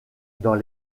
dans